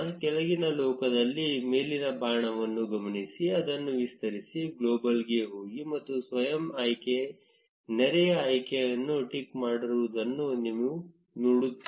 ಕೆಳಗಿನ ಲೋಕದಲ್ಲಿ ಮೇಲಿನ ಬಾಣವನ್ನು ಗಮನಿಸಿ ಅದನ್ನು ವಿಸ್ತರಿಸಿ ಗ್ಲೋಬಲ್ಗೆ ಹೋಗಿ ಮತ್ತು ಸ್ವಯಂ ಆಯ್ಕೆ ನೆರೆಯ ಆಯ್ಕೆಯನ್ನು ಟಿಕ್ ಮಾಡಿರುವುದನ್ನು ನೀವು ನೋಡುತ್ತೀರಿ